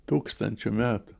tūkstančių metų